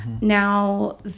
Now